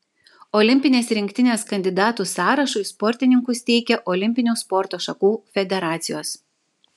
olimpinės rinktinės kandidatų sąrašui sportininkus teikia olimpinių sporto šakų federacijos